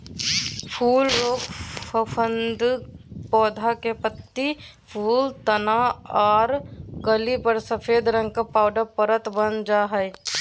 फूल रोग फफूंद पौधा के पत्ती, फूल, तना आर कली पर सफेद रंग के पाउडर परत वन जा हई